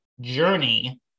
Journey